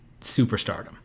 superstardom